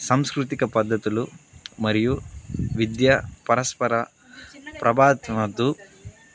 సంస్కృతిక పద్ధతులు మరియు విద్య పరస్పర ప్రభావితం అవుతూ